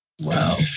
Wow